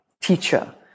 teacher